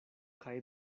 kaj